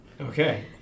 Okay